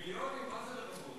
מיליונים, מה זה רבבות?